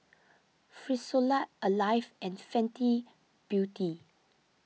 Frisolac Alive and Fenty Beauty